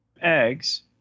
eggs